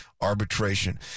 arbitration